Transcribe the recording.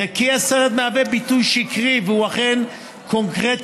וכי הסרט הוא "ביטוי שקרי שהוא אכן קונקרטי